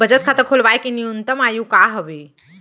बचत खाता खोलवाय के न्यूनतम आयु का हवे?